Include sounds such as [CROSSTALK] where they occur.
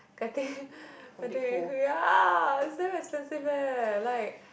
getting [LAUGHS] getting ya it's damn expensive eh like